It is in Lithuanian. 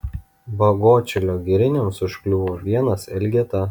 bagotšilio giriniams užkliuvo vienas elgeta